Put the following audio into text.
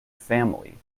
family